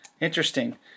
Interesting